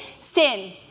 sin